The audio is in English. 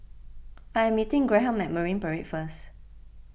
I am meeting Graham Marine Parade first